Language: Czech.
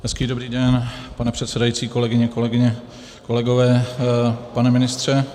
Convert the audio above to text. Hezký dobrý den, pane předsedající, kolegyně, kolegové, pane ministře.